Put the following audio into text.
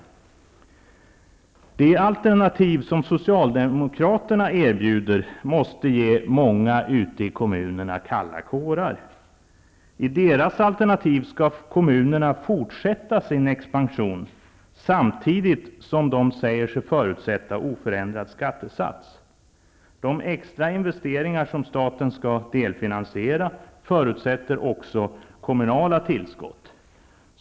De alternativ som Socialdemokraterna erbjuder måste ge många ute i kommunerna kalla kårar. I deras alternativ skall kommunerna fortsätta sin expansion samtidigt som de säger sig förutsätta oförändrad skattesats. De extra investeringar som staten skall delfinansiera förutsätter också kommunala tillskott.